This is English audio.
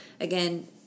again